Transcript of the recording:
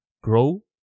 grow